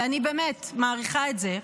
ואני באמת מעריכה את זה,